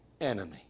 enemy